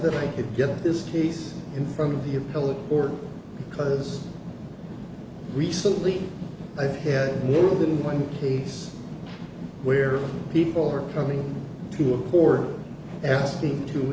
that i could get this case in front of the appellate court because recently i've had more than one case where people are coming to a poor asking to